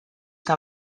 que